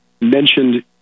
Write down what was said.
mentioned